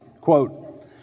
Quote